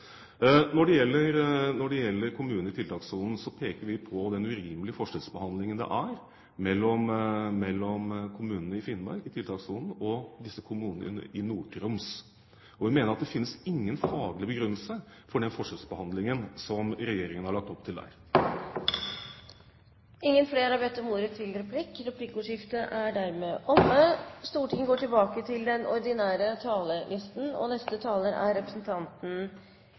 Når det gjelder kommunene i tiltakssonen, peker vi på den urimelige forskjellsbehandlingen mellom kommunene i Finnmark og kommunene i Nord-Troms. Vi mener at det finnes ingen faglig begrunnelse for den forskjellsbehandlingen som regjeringen har lagt opp til der. Replikkordskiftet er dermed omme. Når vi som vanlige borgere i Norge møter velferdsstaten, møter vi nesten alltid kommunen. Venstre har en klokkertro på at et godt og